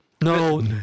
No